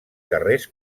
carrers